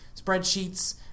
spreadsheets